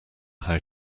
how